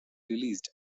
released